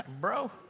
Bro